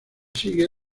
sigue